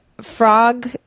frog